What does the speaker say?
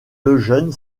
lejeune